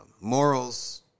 morals